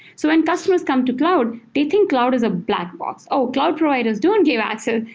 so when customers come to cloud, they think cloud is a black box, oh! cloud providers don't give access. ah